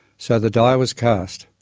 so the die was cast.